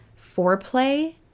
foreplay